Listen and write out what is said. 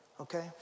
Okay